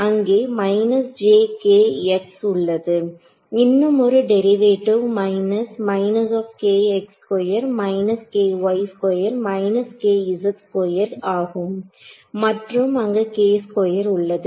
அங்கே உள்ளது இன்னுமொரு டெரிவேட்டிவ் மைனஸ் ஆகும் மற்றும் அங்கு உள்ளது